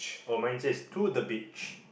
oh mine says to the beach